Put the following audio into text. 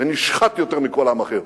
ונשחט יותר מכל עם אחר,